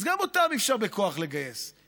אז גם אותם אי-אפשר לגייס בכוח.